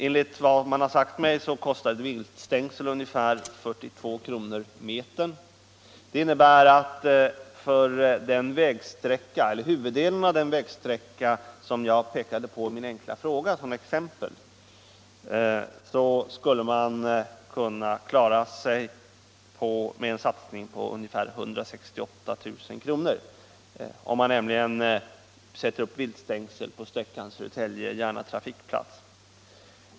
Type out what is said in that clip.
Enligt vad man har sagt mig kostar ett viltstängsel ungefär 42 kr. metern. Det innebär att för huvuddelen av den vägsträcka som jag i min fråga pekade på som exempel skulle man kunna klara sig med en satsning på ungefär 168 000 kr., om man nämligen sätter upp viltstängsel på sträckan Södertälje-Järna trafikplats.